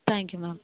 thank you ma'am